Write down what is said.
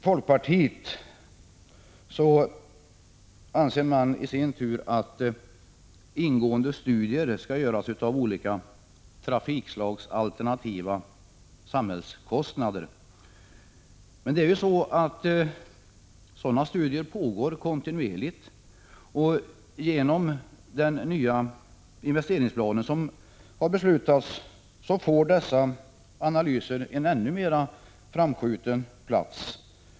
Folkpartiet i sin tur anser att ingående studier skall göras av olika trafikslags alternativa samhällskostnader. Sådana studier pågår kontinuerligt. Genom den nya investeringsplan som beslutats får dessa analyser en ännu mera framskjuten plats.